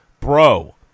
Bro